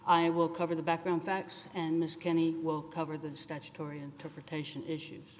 i will cover the background facts and the skinny will cover the statutory interpretation issues